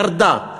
ירדה.